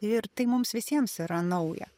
ir tai mums visiems yra nauja